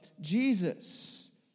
Jesus